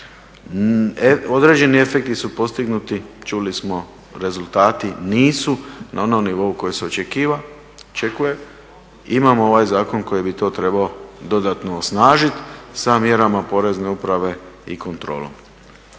Određeni efekti su postignuti čuli smo rezultati nisu na onom nivou koji se očekuje, imamo ovaj zakon koji bi to trebao dodatno osnažit sa mjerama porezne uprave i kontrolom.